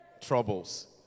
troubles